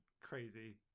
crazy